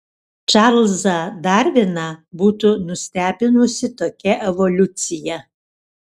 čarlzą darviną būtų nustebinusi tokia evoliucija